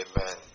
Amen